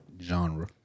genre